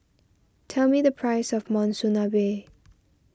tell me the price of Monsunabe